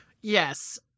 Yes